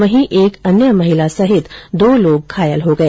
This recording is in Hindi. वहीं एक अन्य महिला सहित दो लोग घायल हो गए